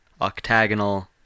octagonal